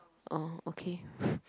oh okay